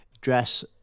dress